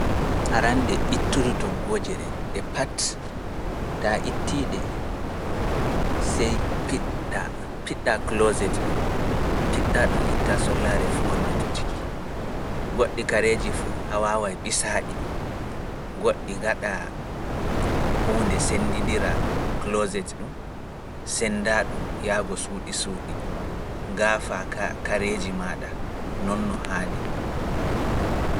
arande ittudu toggooje ɗen, ɗe pat. taa ittii ɗe, sey piɗɗa kloset ɗum, piɗɗa ɗum ittaa sollaare fu ngonde to ciki, goɗɗi kareeji fu a waawai ɓisaaɗi, goɗɗi ngaɗa huunde sendindira kloset ɗum, senda ɗum yaago suuɗi suuɗi, gaafa ka kareeji maɗa noon no haandi.